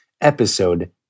episode